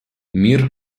мир